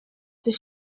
des